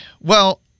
Well-